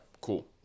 Cool